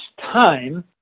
time